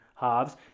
halves